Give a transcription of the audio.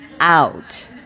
out